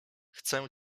chcę